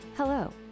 Hello